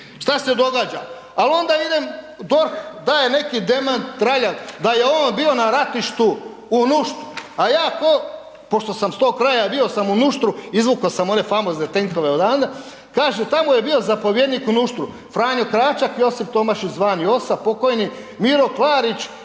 Što se događa? Ali onda idem, DORH daje neki demant traljav da je on bio na ratištu u Nuštru, a ja kao, pošto sam iz tog kraja, bio sam u Nuštru, izvukao sam one famozne tenkove odande, kaže, tamo je bio zapovjednik u Nuštru, Franjo Kračak, Josip Tomašić zvan Josa, pok. Miro Klarić